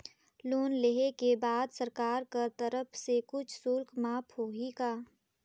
Loan लेहे के बाद सरकार कर तरफ से कुछ शुल्क माफ होही का?